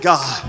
God